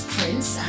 Prince